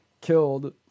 killed